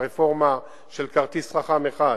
הרפורמה של כרטיס חכם אחד,